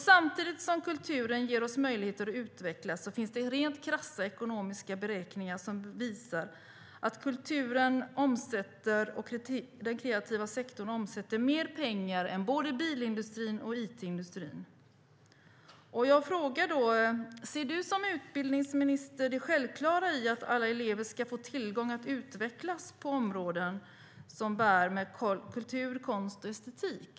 Samtidigt som kulturen ger oss möjligheter att utvecklas finns det rent krassa ekonomiska beräkningar som visar att kulturen och den kreativa sektorn omsätter mer pengar än både bilindustrin och it-industrin. Jag frågar då: Ser du som utbildningsminister det självklara i att alla elever ska få möjlighet att utvecklas på områden som har att göra med kultur, konst och estetik?